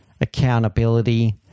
accountability